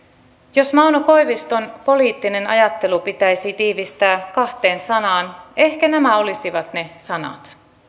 jos mauno koiviston poliittinen ajattelu pitäisi tiivistää kahteen sanaan ehkä nämä olisivat ne sanat